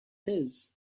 his